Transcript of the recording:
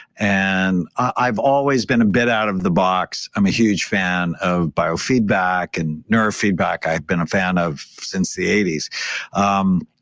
and i've always been a bit out of the box. i'm a huge fan of biofeedback and neurofeedback. i've been a fan of since the eighty s. um